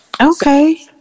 Okay